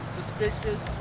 suspicious